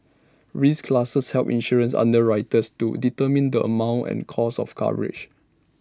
risk classes help insurance underwriters to determine the amount and cost of coverage